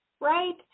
Right